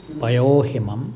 पयोहिमम्